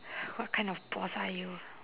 what kind of boss are you